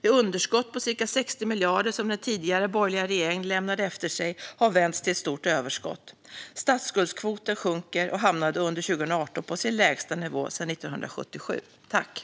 Det underskott på ca 60 miljarder som den tidigare borgerliga regeringen lämnade efter sig har vänts till ett stort överskott. Statsskuldkvoten sjunker och hamnade under 2018 på sin lägsta nivå sedan 1977.